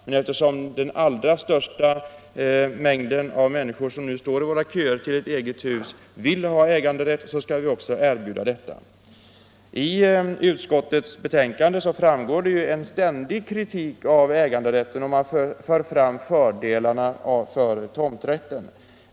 Men eftersom de allra flesta människor som nu står i köerna till eget hus vill ha äganderätt skall vi också erbjuda detta. I utskottets betänkande framgår en ständig kritik av äganderätten och man för fram fördelarna med tomträtten.